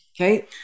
Okay